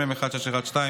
מ/1612,